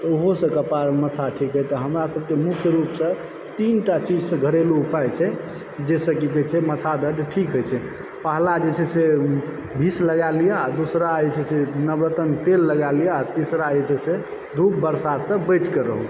आ ओहो सबसॅं कपाड़ मथा ठीक तऽ हमरा सबके मुख्य रूप से तीनटा चीज सॅं घरेलू उपाय छै जाहिसॅं की कहै छै माथा दर्द ठीक होइ छै पहला जे छै से विक्स लगा लीअ आ दूसरा जे छै से नवरत्न तेल लगा लीअ आ तीसरा जे छै से धूप बरसात से बचि के रहू